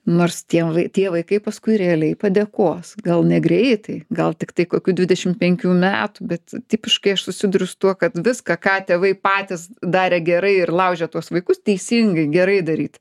nors tiemvai tie vaikai paskui realiai padėkos gal negreitai gal tiktai kokių dvidešim penkių metų bet tipiškai aš susiduriu su tuo kad viską ką tėvai patys darė gerai ir laužė tuos vaikus teisingai gerai daryt